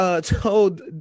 told